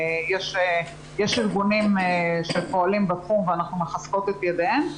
יש ארגונים שפועלים בתחום ואנחנו מחזקות את ידיהם,